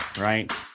right